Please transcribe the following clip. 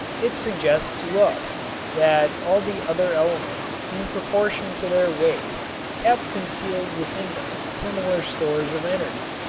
it suggests to us that all the other elements in proportion to their weight have concealed within them similar stores of energy.